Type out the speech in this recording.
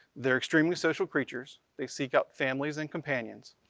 they're extremely social creatures. they seek out families and companions.